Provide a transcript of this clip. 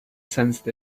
sensed